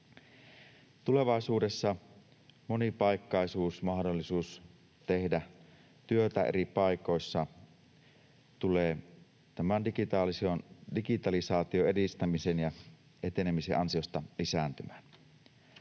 Tulevaisuudessa monipaikkaisuus, mahdollisuus tehdä työtä eri paikoissa, tulee digitalisaation edistämisen ja etenemisen ansiosta lisääntymään.